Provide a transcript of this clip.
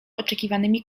oczekiwanymi